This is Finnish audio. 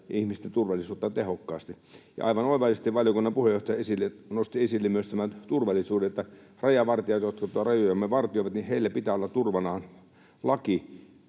ihmisten turvallisuutta tehokkaasti. Ja aivan oivallisesti valiokunnan puheenjohtaja nosti esille myös tämän turvallisuuden, että rajavartijoilla, jotka rajojemme vartioivat, pitää olla turvanaan laki